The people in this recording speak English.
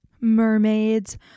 mermaids